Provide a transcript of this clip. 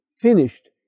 finished